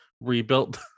rebuilt